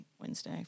Wednesday